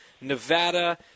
Nevada